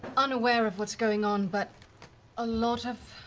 unaware of what's going on, but a lot of